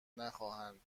نخواهند